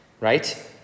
Right